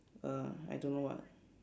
err I don't know what